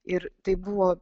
ir tai buvo